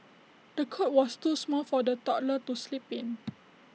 the cot was too small for the toddler to sleep in